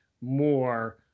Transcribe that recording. more